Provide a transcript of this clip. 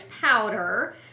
powder